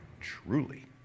Truly